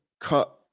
cut